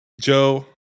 Joe